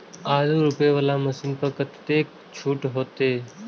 आलू रोपे वाला मशीन पर कतेक छूट होते?